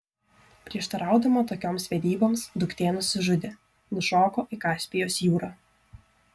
prieštaraudama tokioms vedyboms duktė nusižudė nušoko į kaspijos jūrą